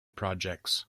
projects